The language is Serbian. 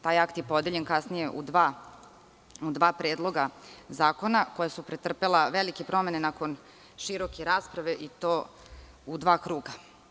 Taj akt je podeljen kasnije u dva predloga zakona koja su pretrpela velike promene nakon široke rasprave i to u dva kruga.